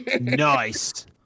Nice